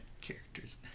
characters